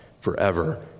forever